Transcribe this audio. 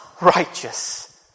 righteous